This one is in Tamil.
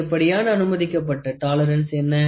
அதிகப்படியான அனுமதிக்கப்பட்ட டாலரன்ஸ் என்ன